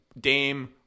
dame